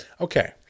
Okay